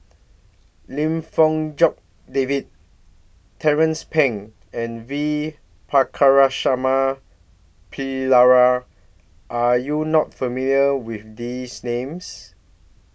Lim Fong Jock David Tracie Pang and V Pakirisamy Pillai Are YOU not familiar with These Names